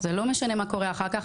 זה לא משנה מה קורה אחר כך,